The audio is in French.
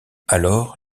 alors